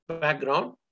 background